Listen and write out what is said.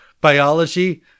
biology